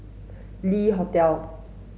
Le Hotel